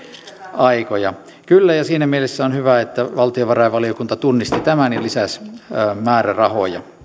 aikoja kyllä ja siinä mielessä on hyvä että valtiovarainvaliokunta tunnisti tämän ja lisäsi määrärahoja